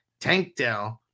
Tankdale